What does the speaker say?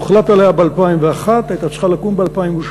הוחלט עליה ב-2001, הייתה צריכה לקום ב-2008,